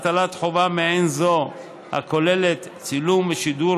הטלת חובה מעין זאת הכוללת צילום ושידור